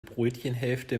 brötchenhälfte